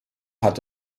hat